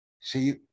See